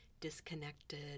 disconnected